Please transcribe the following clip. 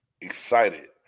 excited